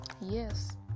Yes